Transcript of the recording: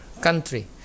country